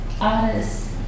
Artists